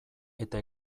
eta